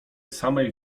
samej